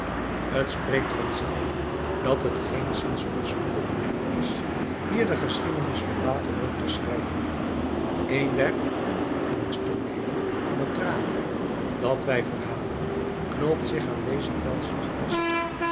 spreekt vanzelf dat het geenszins ons oogmerk is hier de geschiedenis van waterloo te schrijven een der ontwikkelingstooneelen van het drama dat wij verhalen knoopt zich aan dezen veldslag vast